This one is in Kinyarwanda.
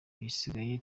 igisigaye